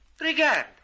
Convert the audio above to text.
Regard